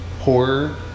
horror